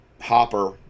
hopper